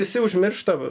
visi užmiršta